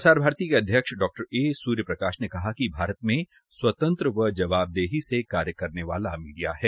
प्रसार भारती के अध्यक्ष डॉ ए सूर्य प्रकाश ने कहा कि भारत में स्वतंत्र व जवाबदेही से कार्य करने वाला मीडिया है